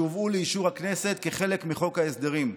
שהובאו לאישור הכנסת כחלק מחוק ההסדרים,